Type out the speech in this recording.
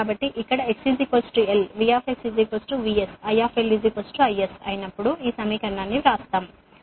కాబట్టి ఇక్కడx l V VS I IS ఉన్నప్పుడు ఈ సమీకరణాన్ని వ్రాస్తాము